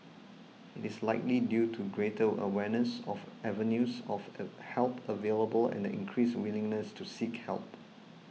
it is likely due to greater awareness of avenues of a help available and the increased willingness to seek help